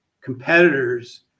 competitors